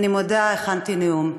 אני מודה, הכנתי נאום,